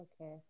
Okay